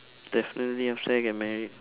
definitely after I get married